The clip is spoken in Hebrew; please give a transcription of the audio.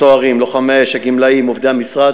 הסוהרים, לוחמי האש, הגמלאים, עובדי המשרד,